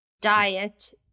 diet